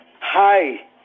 Hi